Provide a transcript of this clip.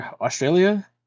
Australia